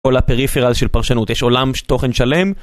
כל הפריפירל של פרשנות, יש עולם תוכן שלם.